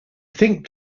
think